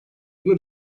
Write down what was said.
bunu